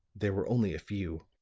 there were only a few,